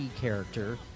character